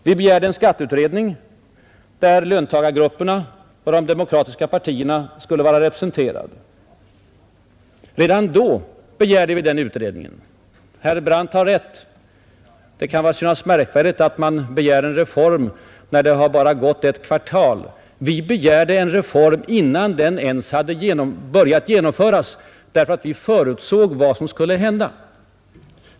Vi begärde en skatteutredning, där olika löntagargrupper och de demokratiska partierna skulle vara representerade. Redan då begärde vi den utredningen. Herr Brandt har rätt — det kan synas märkvärdigt att man begär en reform när det bara har gått ett kvartal sedan systemet infördes. Vi begärde en reform innan det ens hade börjat införas, därför att vi förutsåg vad som skulle hända.